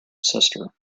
sister